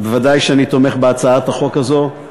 ודאי שאני תומך בהצעת החוק הזאת,